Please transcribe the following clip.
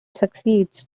succeeds